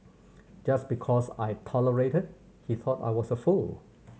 just because I tolerated he thought I was a fool